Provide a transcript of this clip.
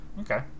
Okay